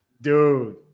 Dude